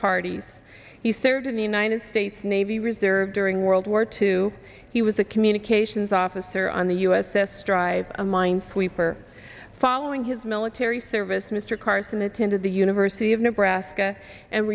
parties he served in the united states navy reserve during world war two he was a communications officer on the u s s dr a minesweeper following his military service mr carson attended the university of nebraska and